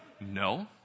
no